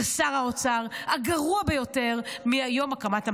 זה שר האוצר הגרוע ביותר מיום הקמת המדינה.